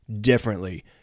differently